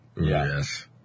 Yes